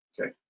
okay